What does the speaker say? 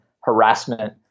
harassment